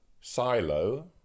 silo